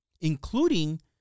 including